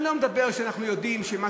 אני לא מדבר על זה שאנחנו יודעים שמה